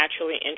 naturally